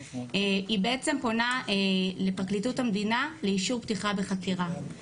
היא פונה לפרקליטות המדינה לאישור פתיחה בחקירה.